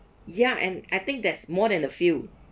ya and I think there's more than a few